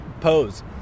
pose